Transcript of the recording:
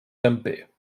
temper